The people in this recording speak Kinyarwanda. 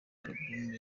album